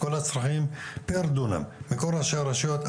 תרכז לי את כל הצרכים פר דונם מכל ראשי הרשויות.